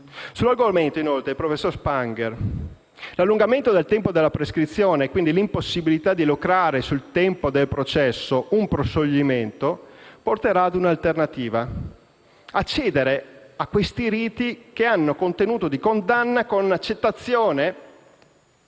Sull'argomento, il professor Spangher si esprime come segue: «L'allungamento del tempo della prescrizione e, quindi, l'impossibilità di lucrare, sul tempo del processo, un proscioglimento, porterà a un'alternativa: accedere a questi riti che hanno contenuto di condanna, con accettazione